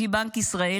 לפי בנק ישראל,